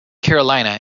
carolina